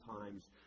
times